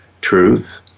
truth